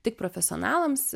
tik profesionalams